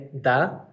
da